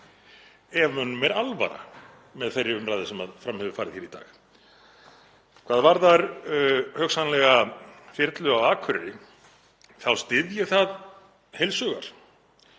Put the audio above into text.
ef mönnum er alvara með þeirri umræðu sem fram hefur farið hér í dag. Hvað varðar hugsanlega þyrlu á Akureyri þá styð ég það heils hugar.